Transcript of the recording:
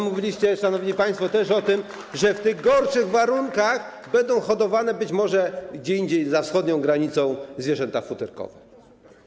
Mówiliście, szanowni państwo, też o tym, że w gorszych warunkach będą hodowane być może gdzie indziej, za wschodnią granicą, zwierzęta futerkowe.